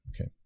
okay